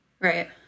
right